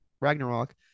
Ragnarok